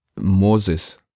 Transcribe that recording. Moses